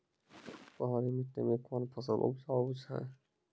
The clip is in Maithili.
पहाड़ी मिट्टी मैं कौन फसल उपजाऊ छ?